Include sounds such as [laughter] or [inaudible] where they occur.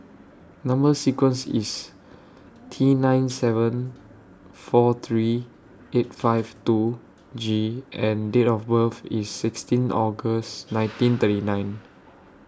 Number sequence IS T nine seven four three eight five two G and Date of birth IS sixteen August [noise] nineteen thirty nine